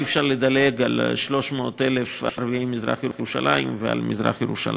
אי-אפשר לדלג על 300,000 ערביי מזרח-ירושלים ועל מזרח-ירושלים.